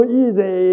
easy